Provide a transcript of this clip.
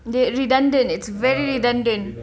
dia redundant it's very redundant